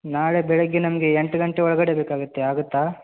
ನಾಳೆ ಬೆಳಿಗ್ಗೆ ನಮಗೆ ಎಂಟು ಗಂಟೆ ಒಳಗಡೆ ಬೇಕಾಗುತ್ತೆ ಆಗುತ್ತಾ